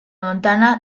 montana